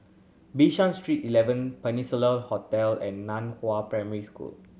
Bishan Street Eleven Peninsula Hotel and Nan Hua Primary School